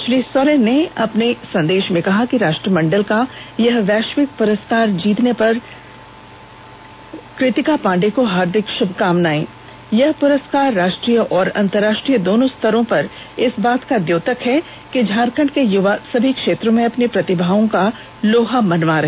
श्री सोरेन ने अपने ट्वीट में केहा राष्ट्रमंडल का यह वैश्विक पुरस्कार जीतने पर रांची की कृतिका पांडे को हार्दिक शुभकामनाएं यह पुरस्कार राष्ट्रीय और अंतरराष्ट्रीय दोनों स्तरों पर इस बात का घोतक है कि झारखंड के युवा सभ क्षेत्रों में अपनी प्रतिभा का लोहा मनवा रहे हैं